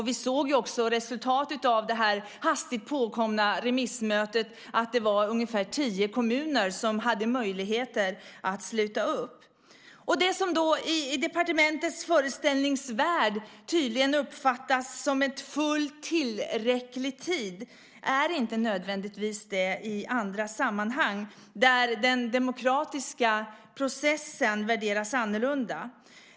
Vi såg också resultatet av det hastigt påkomna remissmötet. Det var ungefär tio kommuner som hade möjlighet att sluta upp. Det som i departementets föreställningsvärld tydligen uppfattas som fullt tillräcklig tid är inte nödvändigtvis det i andra sammanhang där den demokratiska processen värderas annorlunda.